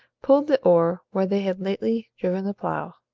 pulled the oar where they had lately driven the plough.